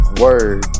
word